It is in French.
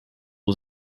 aux